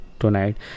tonight